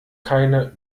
keine